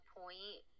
point